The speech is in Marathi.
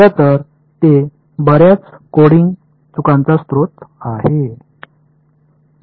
खरं तर ते बर्याच कोडिंग चुकांचा स्रोत आहे